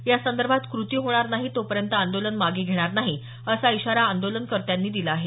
या संदर्भात कृती होणार नाही तोपर्यंत आंदोलन मागं घेणार नाही असा इशारा आंदोलनकर्त्यांनी दिला आहे